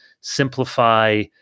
simplify